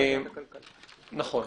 נכון.